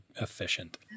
efficient